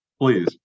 Please